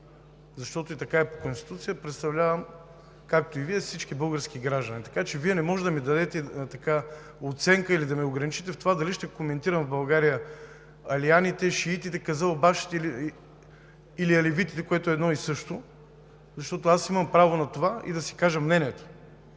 защото така е по Конституция, а и представлявам, както и Вие, всички български граждани, така че Вие не може да ми дадете оценка или да ме ограничите в това дали ще коментирам в България алианите, шиитите, къзълбашите или алевитите, което е едно и също, защото аз имам право да си кажа мнението.